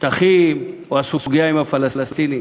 השטחים או הסוגיה עם הפלסטינים.